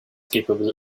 capable